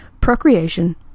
procreation